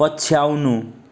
पछ्याउनु